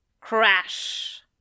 Crash